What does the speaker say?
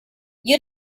you